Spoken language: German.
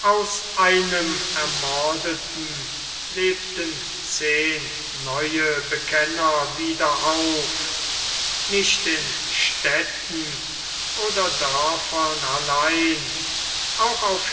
aus einem ermordeten lebten zehn neue bekenner wieder auf nicht in städten oder dörfern allein auch auf